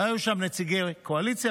היו שם נציגי קואליציה,